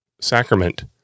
Sacrament